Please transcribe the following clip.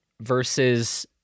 versus